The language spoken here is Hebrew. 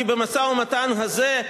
כי במשא-ומתן הזה,